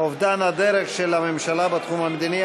אובדן הדרך של הממשלה בתחום המדיני,